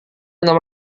enam